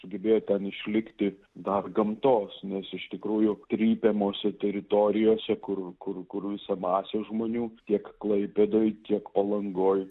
sugebėjo ten išlikti dar gamtos nes iš tikrųjų trypiamose teritorijose kur kur kur visa masė žmonių tiek klaipėdoj tiek palangoj